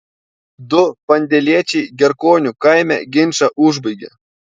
du pandėliečiai gerkonių kaime ginčą užbaigė